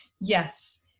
yes